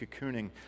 cocooning